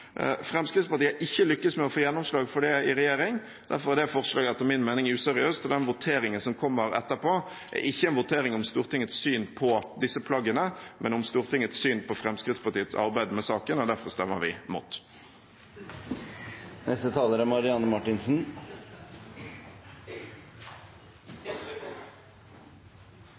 Fremskrittspartiet har ikke lyktes med å få gjennomslag for det i regjering. Derfor er det forslaget etter min mening useriøst, og voteringen som kommer etterpå, er ikke en votering om Stortingets syn på disse plaggene, men om Stortingets syn på Fremskrittspartiets arbeid med saken. Derfor stemmer vi